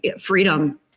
freedom